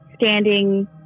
standing